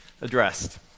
addressed